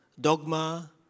dogma